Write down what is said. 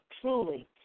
truly